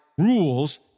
rules